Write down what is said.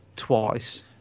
twice